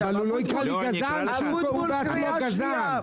אבל הוא לא יקרא לי גזען שהוא בעצמו גזען.